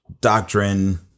doctrine